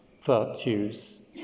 virtues